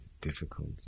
difficult